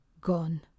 Gone